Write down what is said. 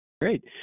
Great